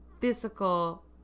physical